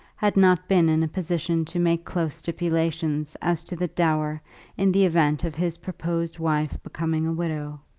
had not been in a position to make close stipulations as to the dower in the event of his proposed wife becoming a widow.